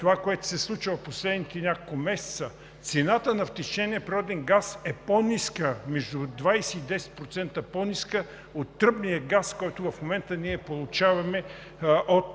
това, което се случва в последните няколко месеца, цената на втечнения природен газ е по-ниска, между 20 и 10% по-ниска от тръбния газ, който в момента ние получаваме от